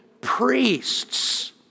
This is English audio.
priests